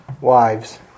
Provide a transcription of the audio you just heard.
wives